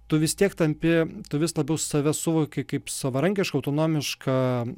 tu vis tiek tampi tu vis labiau save suvoki kaip savarankišką autonomišką